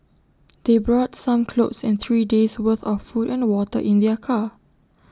they brought some clothes and three days' worth of food and water in their car